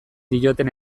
dioten